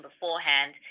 beforehand